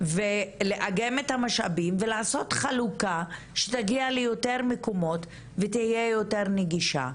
ולאגם את המשאבים ולעשות חלוקה שתגיע ליותר מקומות ותהיה יותר נגישה,